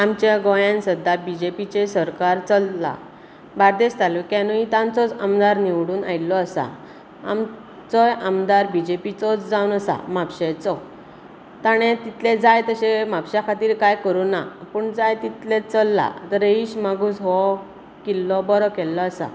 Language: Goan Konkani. आमच्या गोंयांत सद्द्या बी जे पीचें सरकार चल्लां बारदेस तालुक्यांतूय तांचोच आमदार निवडून आयिल्लो आसा आमचोय आमदार बी जे पीचोच जाल्लो आसा म्हापशेंचो तांणें तितलें जाय तशें म्हापशां खातीर कांय करूंक ना पूण जाय तितलें चल्लां रेईश मागुश हो किल्लो बरो केल्लो आसा